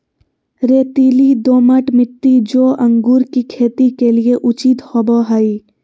रेतीली, दोमट मिट्टी, जो अंगूर की खेती के लिए उचित होवो हइ